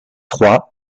troyes